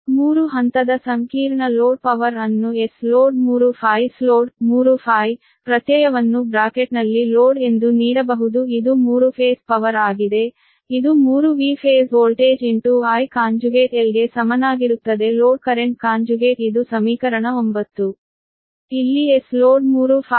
3 ಹಂತದ ಸಂಕೀರ್ಣ load power ಅನ್ನು Sload3Φ ಪ್ರತ್ಯಯವನ್ನು ಬ್ರಾಕೆಟ್ನಲ್ಲಿ ಲೋಡ್ ಎಂದು ನೀಡಬಹುದು ಇದು 3 ಫೇಸ್ ಪವರ್ ಆಗಿದೆ ಇದು 3V phase voltageIL ಸಮನಾಗಿರುತ್ತದೆ ಲೋಡ್ ಕರೆಂಟ್ ಕಾಂಜುಗೇಟ್ ಇದು ಸಮೀಕರಣ 9